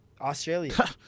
Australia